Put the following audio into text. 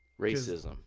Racism